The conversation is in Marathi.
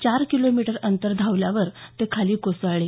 चार किलोमिटर अंतर धावल्यावर ते खाली कोसळले